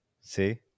See